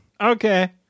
Okay